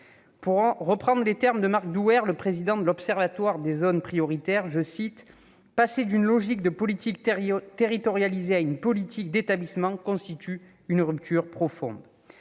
Pour reprendre les termes de Marc Douaire, le président de l'Observatoire des zones prioritaires, « passer d'une logique de politique territorialisée à une politique d'établissement constitue une rupture profonde ».